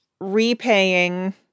repaying